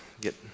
get